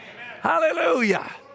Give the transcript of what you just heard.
Hallelujah